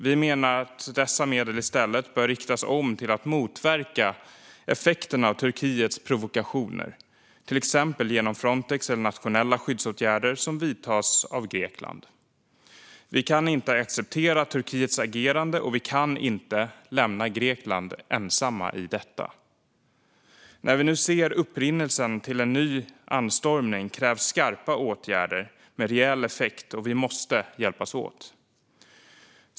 Vi menar att dessa medel i stället bör riktas om till att motverka effekterna av Turkiets provokationer, till exempel genom Frontex eller nationella skyddsåtgärder som vidtas av Grekland. Vi kan inte acceptera Turkiets agerande, och vi kan inte lämna Grekland ensamt i detta. När vi nu ser upprinnelsen till en ny anstormning krävs skarpa åtgärder med reell effekt, och vi måste hjälpas åt.